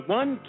one